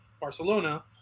Barcelona